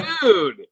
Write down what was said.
dude